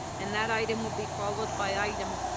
and that item will be followed by item